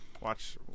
Watch